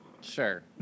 Sure